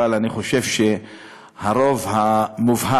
אבל אני חושב שהרוב המובהק